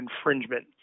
infringement